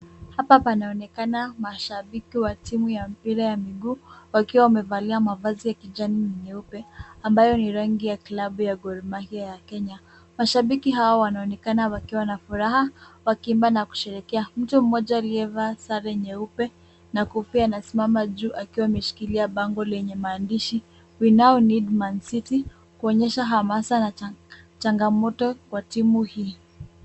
Hapa panaonekana mashabiki wa timu ya mpira ya mguu wakiwa wamevalia mavazi ya kijani na nyeupe ambayo ni rangi ya klabu ya Gor Mahia ya Kenya. Mashabiki hao wanaonekana wakiwa na furaha wakiimba na kusherehekea. Mtu mmoja aliyevaa sare nyeupe na kofia anasimama juu akiwa ameshikilia bango lenye maandishi we now need Mancity kuonyesha hamasa na changamoto kwa timu hii.